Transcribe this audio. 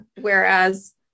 whereas